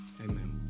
Amen